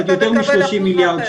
כי זה פרויקט לאומי.